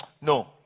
No